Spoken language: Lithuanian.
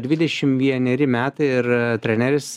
dvidešim vieneri metai ir treneris